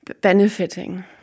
benefiting